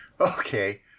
Okay